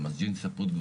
קטע צופים-אלפי מנשה,